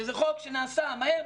שזה חוק שנעשה מהר,